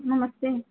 नमस्ते